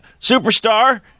Superstar